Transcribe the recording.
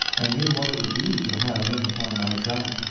and knew what it would be to have him upon my track,